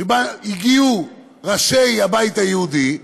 ואליה הגיעו ראשי הבית היהודי,